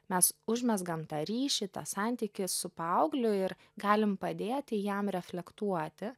mes užmezgam tą ryšį tą santykį su paaugliu ir galim padėti jam reflektuoti